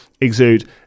exude